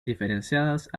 diferenciadas